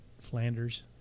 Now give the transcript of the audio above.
Flanders